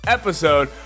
episode